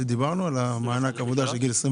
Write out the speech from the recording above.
כשדיברנו על מענק העבודה של גיל 21?